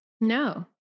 No